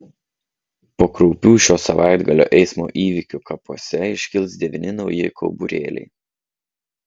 po kraupių šio savaitgalio eismo įvykių kapuose iškils devyni nauji kauburėliai